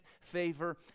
favor